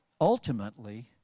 Ultimately